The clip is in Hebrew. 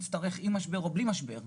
במשבר וגם לא במשבר,